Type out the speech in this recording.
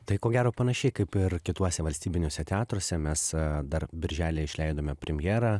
tai ko gero panašiai kaip ir kituose valstybiniuose teatruose mes dar birželį išleidome premjerą